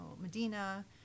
Medina